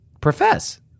profess